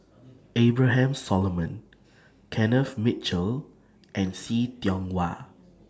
Abraham Solomon Kenneth Mitchell and See Tiong Wah